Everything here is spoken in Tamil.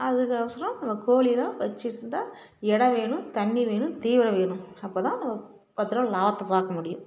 அதுக்கொசரம் நம்ம கோழியெலாம் வச்சிருந்தால் இடம் வேணும் தண்ணி வேணும் தீவனம் வேணும் அப்போதான் நம்ம பத்ருபா லாபத்தை பார்க்க முடியும்